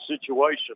situation